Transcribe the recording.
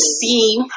see